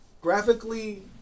Graphically